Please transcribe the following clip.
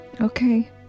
Okay